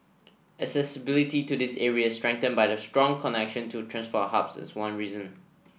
accessibility to these areas strengthened by the strong connection to transport hubs is one reason